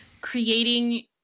creating